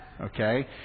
okay